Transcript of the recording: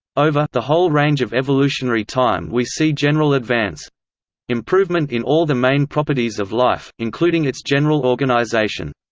over the whole range of evolutionary time we see general advance improvement in all the main properties of life, including its general organization.